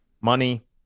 money